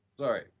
Sorry